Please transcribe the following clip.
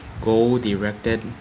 goal-directed